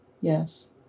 Yes